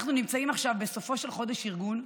אנחנו נמצאים עכשיו בסופו של חודש ארגון.